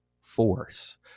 force